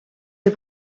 des